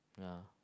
yeah